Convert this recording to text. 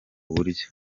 buryo